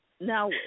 now